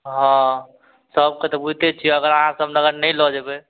हँ सबके तऽ बुझिते छियै अगर अहाँ सब लगन नहि लअ जेबय